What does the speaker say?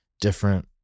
different